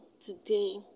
today